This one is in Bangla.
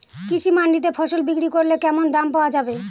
কৃষি মান্ডিতে ফসল বিক্রি করলে কেমন দাম পাওয়া যাবে?